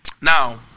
Now